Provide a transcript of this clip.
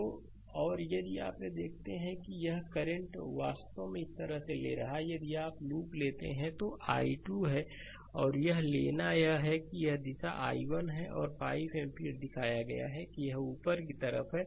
तो और यदि आप यह देखते हैं कि यह करंट यह वास्तव में इस तरह से ले रहा है यदि आप लूप लेते हैं तो यह i2 है और यह लेना यह है कि यह दिशा i1 है और 5 एम्पीयर दिखाया गया है कि यह ऊपर की तरफ है